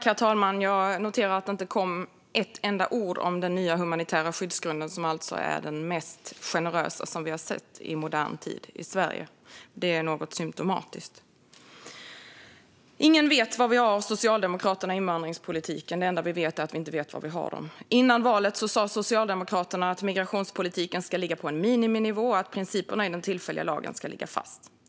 Herr talman! Jag noterar att det inte kom ett enda ord om den nya humanitära skyddsgrunden, som alltså är den mest generösa vi har sett i Sverige i modern tid. Det är något symtomatiskt. Ingen vet var vi har Socialdemokraterna i invandringspolitiken. Det enda vi vet är att vi inte vet var vi har dem. Före valet sa Socialdemokraterna att migrationspolitiken ska utgå ifrån en miniminivå och att principerna i den tillfälliga lagen ska ligga fast.